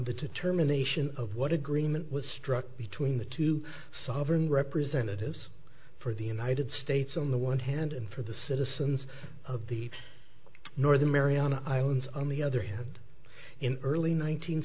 determination of what agreement was struck between the two sovereign representatives for the united states on the one hand and for the citizens of the northern mariana islands on the other hand in early